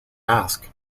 ask